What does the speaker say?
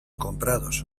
comprados